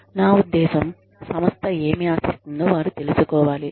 నా ఉద్దేశ్యం సంస్థ ఏమి ఆశిస్తుందో వారు తెలుసుకోవాలి